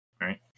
Right